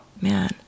Man